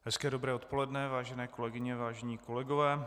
Hezké dobré odpoledne, vážené kolegyně, vážení kolegové.